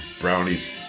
brownies